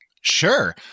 Sure